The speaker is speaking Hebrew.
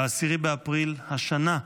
ב-10 באפריל השנה,